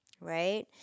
right